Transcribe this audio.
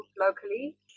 locally